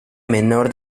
menor